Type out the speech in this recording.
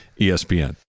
ESPN